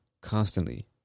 constantly